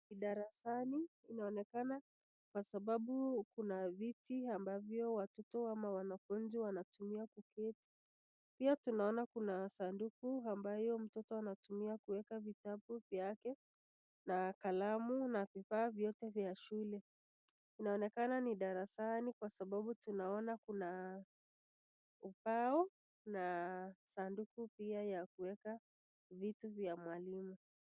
Darasani kunaonekana kwa sababu kuna viti ambavyo watoto ama wanafunzi wanatumia kuketi. Pia tunaona kuna sanduku ambayo mtoto anatumia kuweka vitabu vyake na kalamau na vifaa vyote vya shule. Inaonekana ni darasani kwa sababu tunaona kuna ubao na sanduku pia ya kuweka vitu vya mwalimu.